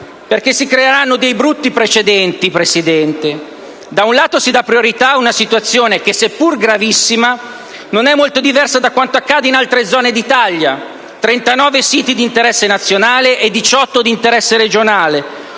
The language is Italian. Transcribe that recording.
perché il caso creerà dei brutti precedenti, signora Presidente. Infatti, si dà priorità ad una situazione che, seppur gravissima, non è molto diversa da quanto accade in altre zone d'Italia: 39 siti di interesse nazionale e 18 di interesse regionale;